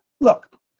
Look